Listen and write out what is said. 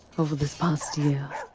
over this past year.